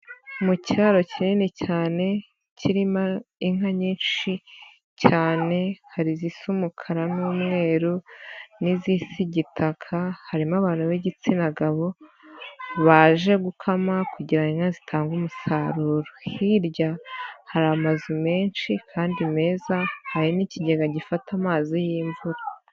Mu kiraro kinini cyane, kirimo inka nyinshi cyane, hari izisa umukara n'umweru n'izisa igitaka, harimo abantu b'igitsina gabo baje gukama ku kugira ngo inka zitange umusaruro. Hirya hari amazu menshi kandi meza hari n'ikigega gifata amazi y'imvura.